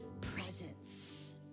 presence